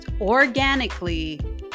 organically